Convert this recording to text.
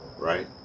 right